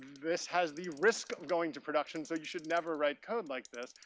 this has the risk of going to production, so you should never write code like this.